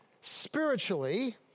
spiritually